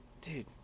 dude